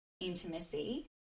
intimacy